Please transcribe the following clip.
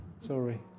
Sorry